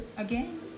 Again